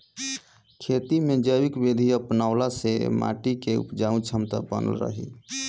खेती में जैविक विधि अपनवला से माटी के उपजाऊ क्षमता बनल रहेला